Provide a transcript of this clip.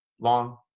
long